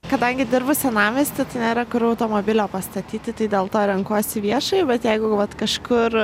kadangi dirbu senamiesty tai nėra kur automobilio pastatyti tai dėl to renkuosi viešąjį bet jeigu vat kažkur